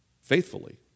faithfully